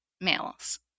males